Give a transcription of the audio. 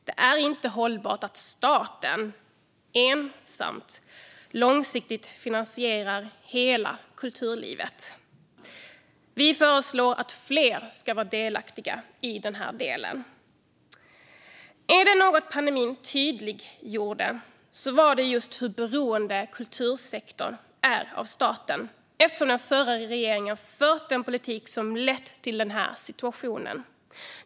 Det är inte hållbart att staten ensam långsiktigt finansierar hela kulturlivet. Vi föreslår att fler ska vara delaktiga i den här delen. Är det något pandemin tydliggjorde så var det just hur beroende kultursektorn är av staten eftersom den förra regeringen fört en politik som lett till den här situationen.